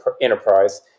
enterprise